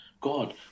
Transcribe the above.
God